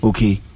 Okay